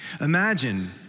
Imagine